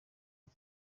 uko